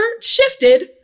shifted